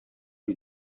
you